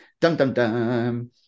Dum-dum-dum